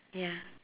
ya